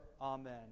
Amen